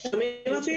מעורבים.